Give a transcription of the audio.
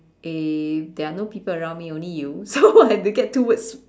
eh there are no people around me but only you so I have to get two words